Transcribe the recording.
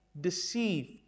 deceived